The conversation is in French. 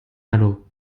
malo